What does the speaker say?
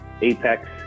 Apex